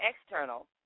external